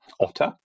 Otter